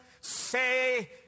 say